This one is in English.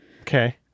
Okay